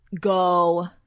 go